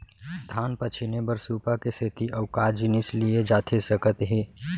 धान पछिने बर सुपा के सेती अऊ का जिनिस लिए जाथे सकत हे?